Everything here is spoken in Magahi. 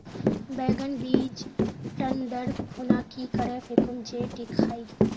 बैगन बीज टन दर खुना की करे फेकुम जे टिक हाई?